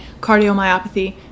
cardiomyopathy